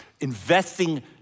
investing